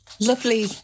Lovely